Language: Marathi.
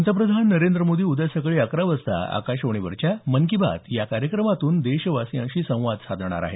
पंतप्रधान नरेंद्र मोदी उद्या रविवारी आकाशवाणीवरच्या मन की बात या कार्यक्रमातून देशवासियांशी संवाद साधणार आहेत